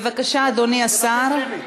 בבקשה, אדוני השר.